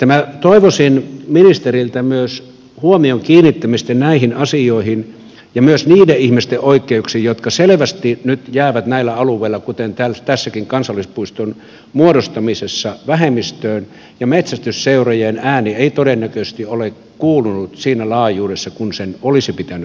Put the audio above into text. minä toivoisin ministeriltä myös huomion kiinnittämistä näihin asioihin ja myös niiden ihmisten oikeuksiin jotka selvästi nyt jäävät näillä alueilla kuten tässäkin kansallispuiston muodostamisessa vähemmistöön ja metsästysseurojen ääni ei todennäköisesti ole kuulunut siinä laajuudessa kuin sen olisi pitänyt kuulua